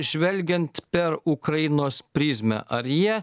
žvelgiant per ukrainos prizmę ar jie